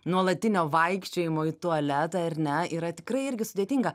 nuolatinio vaikščiojimo į tualetą ar ne yra tikrai irgi sudėtinga